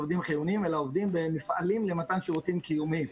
עובדים חיוניים אלא עובדים במפעלים למתן שירותים קיומיים.